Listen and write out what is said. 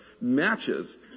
matches